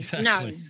No